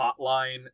hotline